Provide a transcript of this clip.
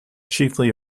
chiefly